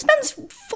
spends